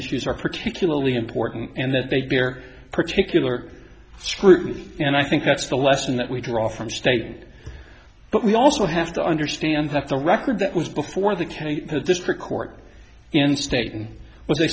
issues are particularly important and that they bear particular scrutiny and i think that's the lesson that we draw from state but we also have to understand that the record that was before the county district court in stating what they